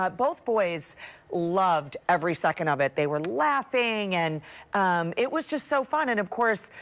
but both boys loved every second of it they were laughing and it was just so fun and of course.